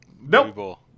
Nope